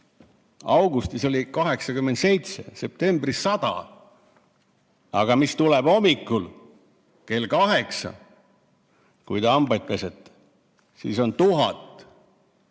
augustis oli 87, septembris 100. Aga mis tuleb hommikul kell kaheksa, kui te hambaid pesete? Siis on 1000.